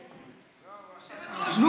היושבת-ראש,